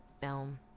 film